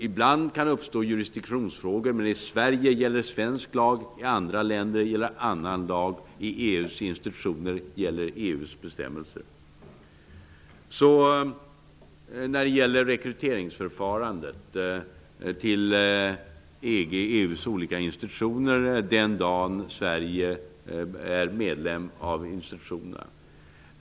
Ibland kan det uppstå jurisdiktionsfrågor, men i Sverige gäller svensk lag och i andra länder gäller annan lag. I EU:s institutioner gäller EU:s bestämmelser. Så till frågan om rekryteringsförfarandet till EG/EU:s olika institutioner den dagen Sverige är medlem av institutionerna.